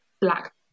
black